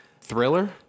Thriller